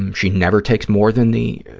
um she never takes more than the